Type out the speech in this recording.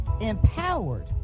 Empowered